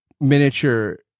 miniature